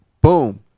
boom